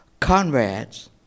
Conrads